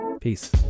Peace